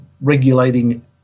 regulating